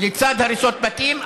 לצד הריסות בתים,